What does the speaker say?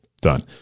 Done